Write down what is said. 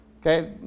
Okay